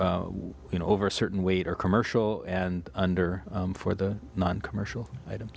you know over a certain weight or commercial and under for the noncommercial items